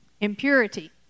Impurity